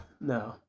no